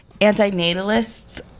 antinatalists